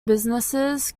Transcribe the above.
businesses